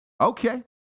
okay